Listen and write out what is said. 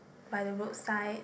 by the roadside